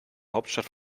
hauptstadt